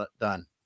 done